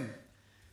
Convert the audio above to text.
כן,